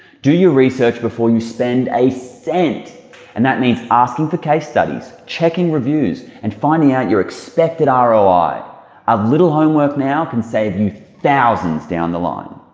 do your research before you spend a cent and that means asking for case studies, checking reviews, and finding out your expected ah roi. a little homework now can save you thousands down the line.